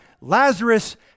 Lazarus